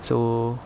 so